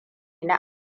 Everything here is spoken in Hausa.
na